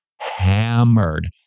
hammered